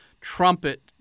trumpet